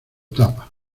tapa